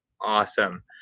Awesome